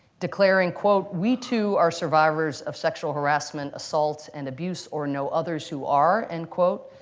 declaring, quote, we, too, are survivors of sexual harassment, assault, and abuse or know others who are, end quote.